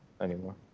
anymore